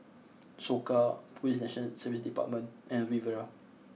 Soka Police National Service Department and Riviera